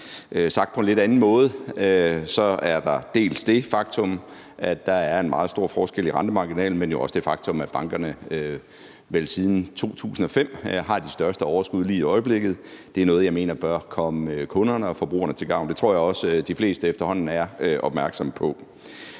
Sagt på en lidt anden måde er der dels det faktum, at der er en meget stor forskel i rentemarginalen, dels det faktum, at bankerne vel siden 2005 har det største overskud lige i øjeblikket. Det er noget, jeg mener bør komme kunderne og forbrugerne til gavn. Det tror jeg også de fleste efterhånden er opmærksomme på.